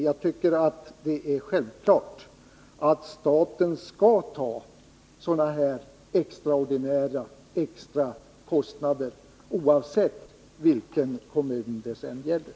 Jag tycker att det är självklart att staten skall bära sådana här extra kostnader, oavsett vilken kommun det sedan gäller.